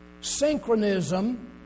Synchronism